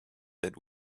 that